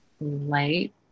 light